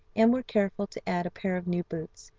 and were careful to add a pair of new boots.